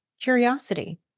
Curiosity